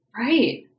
Right